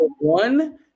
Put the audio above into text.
one